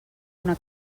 una